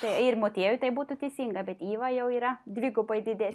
tai ir motiejui tai būtų teisinga bet iva jau yra dvigubai didesnė